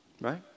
Right